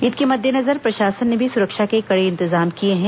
ईद के मद्देनजर प्रशासन ने भी सुरक्षा के कड़े इंतजाम किए हैं